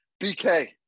BK